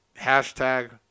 hashtag